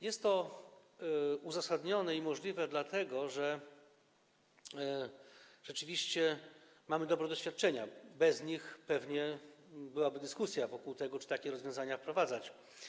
Jest to uzasadnione i możliwe dlatego, że rzeczywiście mamy dobre doświadczenia, bez nich pewnie byłaby dyskusja wokół tego, czy takie rozwiązania wprowadzać.